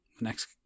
next